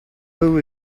who